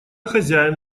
хозяин